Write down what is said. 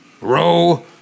Row